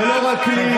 בגרמניה,